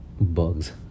Bugs